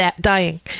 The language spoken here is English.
dying